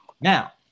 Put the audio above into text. Now